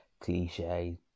cliche